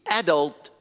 adult